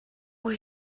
were